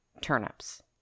turnips